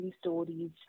stories